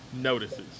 notices